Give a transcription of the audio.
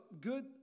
good